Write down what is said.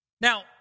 Now